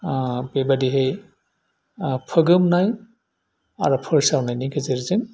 बेबायदिहाय फोगोमनाय आरो फोसावनायनि गेजेरजों